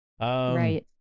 Right